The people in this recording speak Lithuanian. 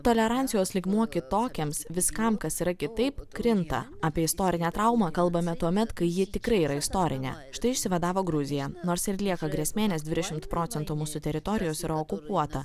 tolerancijos lygmuo kitokiems viskam kas yra kitaip krinta apie istorinę traumą kalbame tuomet kai ji tikrai yra istorinė štai išsivadavo gruzija nors ir lieka grėsmė nes dvidešimt procentų mūsų teritorijos yra okupuota